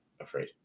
afraid